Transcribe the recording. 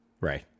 Right